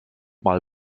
mal